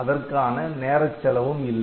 அதற்கான நேரச் செலவும் இல்லை